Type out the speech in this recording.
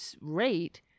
rate